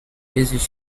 basis